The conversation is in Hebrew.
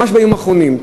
ממש בימים האחרונים,